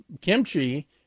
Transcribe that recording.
kimchi